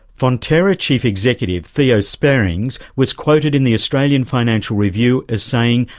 fonterra chief executive theo spierings was quoted in the australian financial review as saying,